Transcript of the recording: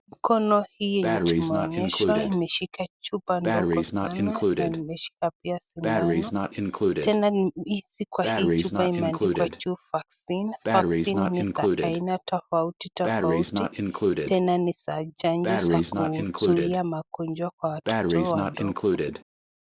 Mkono hii yenye tumeonyeshwa imeshika chupa ndogo sana na imeshika pia sindano, tena juu kwa hii chupa imeandikwa juu vaccine , vaccine ni za aina tofauti tofauti, tena ni za chanjo za kuzuia magonjwa kwa watoto wadogo.